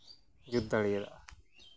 ᱡᱩᱛ ᱫᱟᱲᱮᱭᱟᱜᱼᱟ